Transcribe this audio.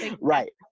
right